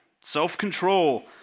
self-control